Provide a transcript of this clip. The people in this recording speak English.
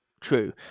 true